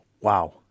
wow